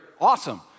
awesome